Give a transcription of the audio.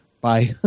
Bye